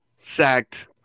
sacked